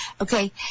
okay